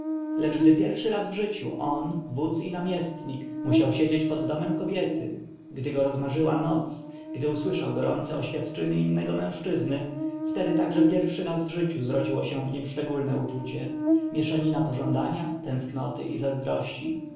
lecz gdy pierwszy raz w życiu on wódz i namiestnik musiał siedzieć pod domem kobiety gdy go rozmarzyła noc gdy usłyszał gorące oświadczyny innego mężczyzny wtedy także pierwszy raz w życiu zrodziło się w nim szczególne uczucie mieszanina pożądania tęsknoty i zazdrości